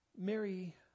Mary